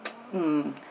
mm